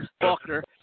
Faulkner